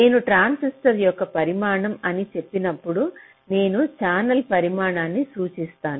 నేను ట్రాన్సిస్టర్ యొక్క పరిమాణం అని చెప్పినప్పుడు నేను ఛానెల్ పరిమాణాన్ని సూచిస్తాను